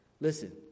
Listen